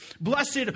Blessed